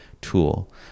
tool